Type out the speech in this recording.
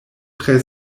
tre